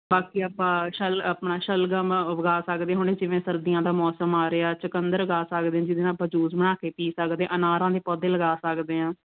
ਬਾਕੀ ਆਪਾਂ ਸ਼ਲ ਆਪਣਾ ਸ਼ਲਗਮ ਉਗਾ ਸਕਦੇ ਹੁਣੇ ਜਿਵੇਂ ਸਰਦੀਆਂ ਦਾ ਮੌਸਮ ਆ ਰਿਹਾ ਚੁਕੰਦਰ ਉਗਾ ਸਕਦੇ ਜਿਹਦੇ ਨਾਲ ਆਪਾਂ ਜੂਸ ਬਣਾ ਕੇ ਪੀ ਸਕਦੇ ਅਨਾਰਾਂ ਦੇ ਪੌਦੇ ਲਗਾ ਸਕਦੇ ਹਾਂ